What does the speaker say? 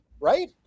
right